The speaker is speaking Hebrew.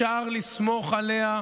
אפשר לסמוך עליה.